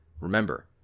Remember